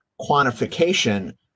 quantification